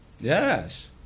Yes